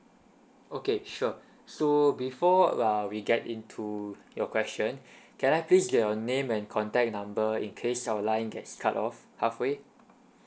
okay sure so before uh we get into your question can I please get your name and contact number in case our line gets cut off halfway